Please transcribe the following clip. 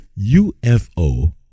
UFO